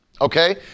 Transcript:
Okay